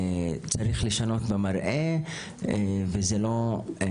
צריך לשנות במראה וזה לא.